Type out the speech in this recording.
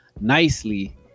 Nicely